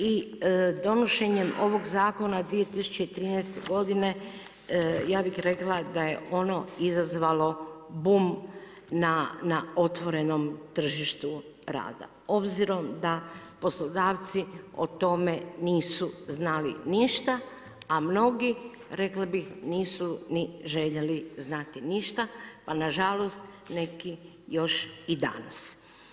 I donošenjem ovog zakona 2013. godine, ja bih rekla da je ono izazvalo bum na otvorenom tržištu rada, obzirom da poslodavci o tome nisu znali ništa a mnogi, rekla bih, nisu ni željeli znati ništa pa na žalost neki još i danas.